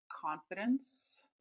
confidence